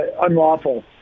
unlawful